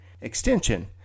extension